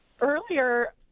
Earlier